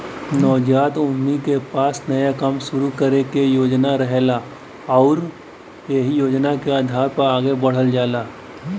नवजात उद्यमी के पास नया काम शुरू करे क योजना रहेला आउर उ एहि योजना के आधार पर आगे बढ़ल जाला